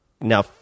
Now